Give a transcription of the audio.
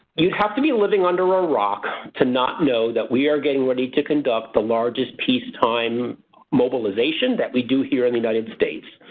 you'd have to be living under a rock to not know that we are getting ready to conduct the largest peacetime mobilization that we do here in the united states.